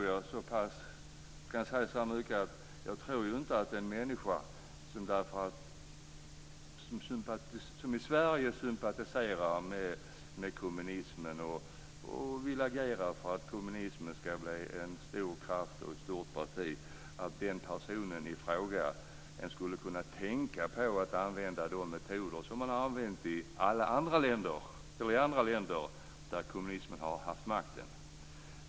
Jag kan säga så mycket att jag inte tror att en människa i Sverige som sympatiserar med kommunismen och vill agera för att kommunismen ska bli en stor kraft och ett stort parti, ens skulle kunna tänka på att använda de metoder som man har använt i andra länder där kommunismen har haft makten.